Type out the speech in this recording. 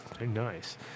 nice